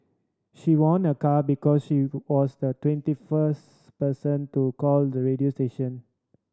she won a car because she was the twenty first person to call the radio station